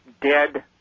dead